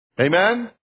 Amen